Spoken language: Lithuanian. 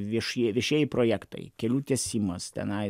viešieji viešieji projektai kelių tiesimas tenais